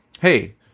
Hey